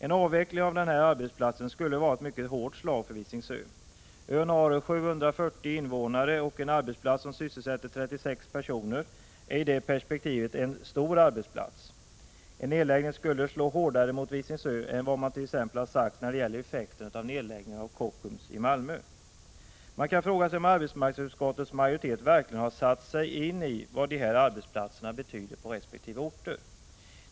En avveckling av denna arbetsplats skulle vara ett mycket hårt slag för Visingsö. Ön har 740 invånare, och en arbetsplats som sysselsätter 36 personer är i det perspektivet en stor arbetsplats. En nedläggning skulle slå hårdare mot Visingsö än nedläggningen av Kockums slår mot Malmö. Man kan fråga sig om arbetsmarknadsutskottets majorietet verkligen har satt sig in i vad de här arbetsplatserna betyder på sina resp. orter.